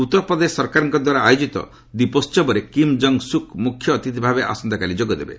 ଉତ୍ତରପ୍ରଦେଶ ସରକାରଙ୍କ ଦ୍ୱାରା ଆୟୋଜିତ ଦୀପୋହବରେ କିମ୍ କଙ୍ଗ୍ ସୁକ୍ ମୁଖ୍ୟ ଅତିଥି ଭାବେ ଆସନ୍ତାକାଲି ଯୋଗ ଦେବେ